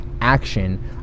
action